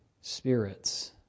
spirits